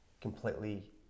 completely